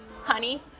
honey